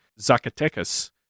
Zacatecas